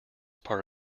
part